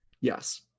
Yes